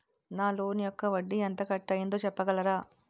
నా లోన్ యెక్క వడ్డీ ఎంత కట్ అయిందో చెప్పగలరా?